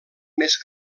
més